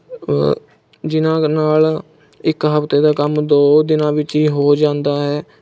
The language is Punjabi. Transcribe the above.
ਜਿਨ੍ਹਾਂ ਨਾਲ ਇੱਕ ਹਫ਼ਤੇ ਦਾ ਕੰਮ ਦੋ ਦਿਨਾਂ ਵਿੱਚ ਹੀ ਹੋ ਜਾਂਦਾ ਹੈ